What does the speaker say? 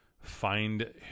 find